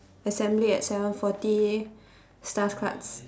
assembly at seven forty starts class